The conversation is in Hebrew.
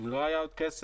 אם לא היה עוד כסף,